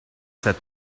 said